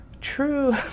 true